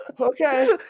Okay